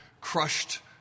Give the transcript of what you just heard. crushed